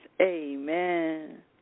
Amen